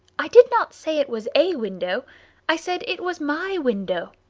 i did not say it was a window i said it was my window.